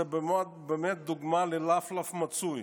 זו באמת דוגמה ללפלף מצוי.